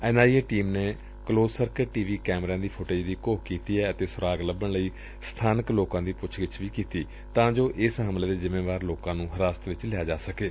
N I A team ਨੇ close circuit T V ਕੈਮਰਿਆਂ ਦੀ ਫੁਟੇਜ ਦੀ ਘੋਖ ਕੀਤੀ ਏ ਅਤੇ ਸੁਰਾਗ ਲੱਭਣ ਲਈ ਸਬਾਨਕ ਲੋਕਾਂ ਦੀ ਪੁੱਛ ਗਿੱਛ ਕੀਤੀ ਏ ਤਾਂ ਜੋ ਇਸ ਹਲਕੇ ਲਈ ਜਿੰਮੇਵਾਰ ਲੋਕਾਂ ਨੂੰ ਹਿਰਾਸਤ ਵਿਚ ਲਿਆ ਜਾ ਸਕੇ